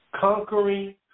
Conquering